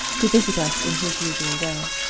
to visit us in his usual way.